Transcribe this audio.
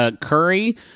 curry